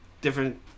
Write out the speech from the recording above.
Different